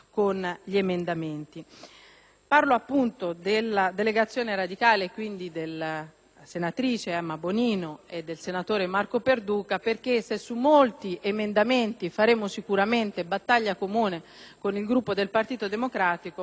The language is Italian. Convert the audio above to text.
Parlo della delegazione radicale (e quindi della senatrice Emma Bonino e del senatore Marco Perduca) perché, se su molti emendamenti faremo battaglia comune con il Gruppo del Partito Democratico, su due emendamenti